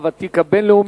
3842,